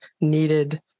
needed